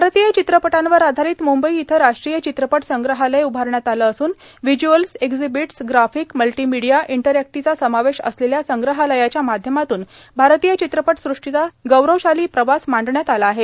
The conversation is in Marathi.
भारतीय र्चव्रपटांवर आधार्शारत मुंबई इथल्या राष्ट्रीय र्चव्रपट संग्रहालय उभारण्यात आले असून व्हिज्यूअल्स एक्सीबीट्स ग्राफोक मल्टोर्मीडिया इंटरॅक्टोचा समावेश असलेल्या संग्रहालयाच्या माध्यमातून भारतीय र्चन्रपट सुष्टांचा गौरवशालां प्रवास मांडण्यात आला आहे